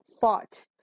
fought